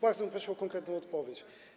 Bardzo bym prosił o konkretną odpowiedź.